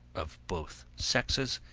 of both sexes,